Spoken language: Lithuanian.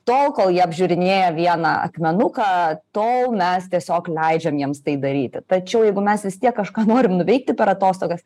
tol kol jie apžiūrinėja vieną akmenuką tol mes tiesiog leidžiam jiems tai daryti tačiau jeigu mes vis tiek kažką norim nuveikti per atostogas